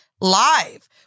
live